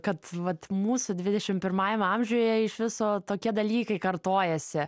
kad vat mūsų dvidešim pirmąjame amžiuje iš viso tokie dalykai kartojasi